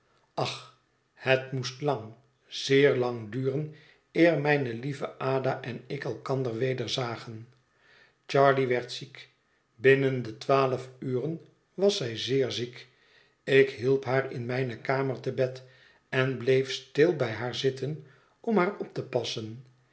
ach het moest lang zeer lang duren eer mijne lieve ada en ik elkander weder zagen charley werd ziek binnen de twaalf uren was zij zeer ziek ik hielp haar in mijne kamer te bed én bleef stil bij haar zitten om haar op te passen